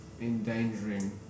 endangering